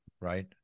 right